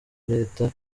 leta